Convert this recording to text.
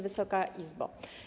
Wysoka Izbo!